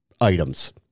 items